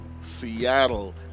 Seattle